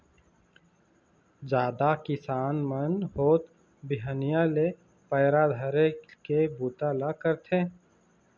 जादा किसान मन होत बिहनिया ले पैरा धरे के बूता ल करथे